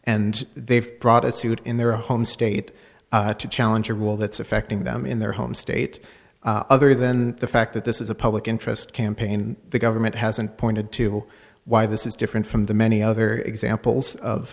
and they've brought a suit in their home state to challenge a rule that's affecting them in their home state other than the fact that this is a public interest campaign the government hasn't pointed to why this is different from the many other examples of